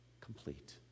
complete